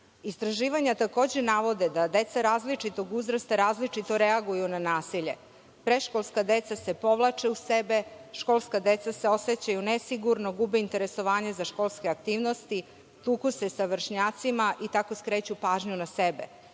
nasilnici. Istraživanja takođe navode da deca različitog uzrasta različito reaguju na nasilje. Predškolska deca se povlače u sebe, školska deca se osećaju nesigurno, gube interesovanje za školske aktivnosti, tuku se sa vršnjacima i tako skreću pažnju na sebe.